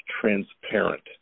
transparent